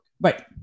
Right